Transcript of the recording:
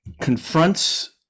confronts